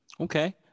Okay